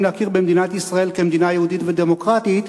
להכיר במדינת ישראל כמדינה יהודית ודמוקרטית,